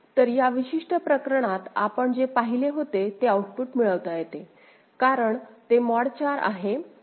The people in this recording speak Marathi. तर या विशिष्ट प्रकरणात आपण जे पाहिले होते ते आउटपुट मिळवता येतेकारण ते मॉड 4 आहे